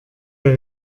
der